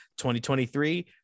2023